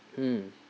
mm